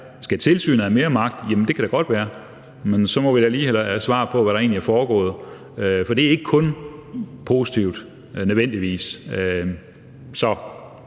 Skal tilsynet have mere magt? Jamen det kan godt være, men så må vi da lige have svar på, hvad der egentlig er foregået, for det er ikke nødvendigvis kun